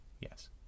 Yes